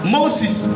Moses